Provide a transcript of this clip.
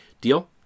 deal